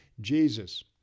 Jesus